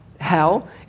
hell